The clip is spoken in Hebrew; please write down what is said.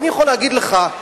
ואני יכול להגיד לך,